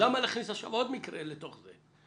למה להכניס עכשיו עוד מקרה לתוך זה?